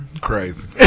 Crazy